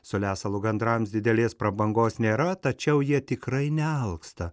su lesalu gandrams didelės prabangos nėra tačiau jie tikrai nealksta